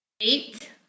Eight